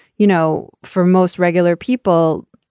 you know, for most regular people,